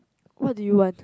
what do you want